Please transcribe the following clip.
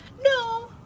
No